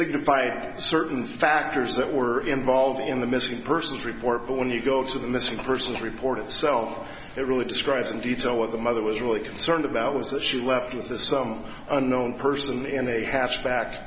signified certain factors that were involved in the missing persons report but when you go to the missing persons report itself it really describes in detail what the mother was really concerned about was that she left with the some unknown person in a hatchback